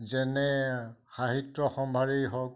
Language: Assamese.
যেনে সাহিত্য সম্ভাৰেই হওক